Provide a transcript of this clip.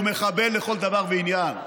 הוא מחבל לכל דבר ועניין.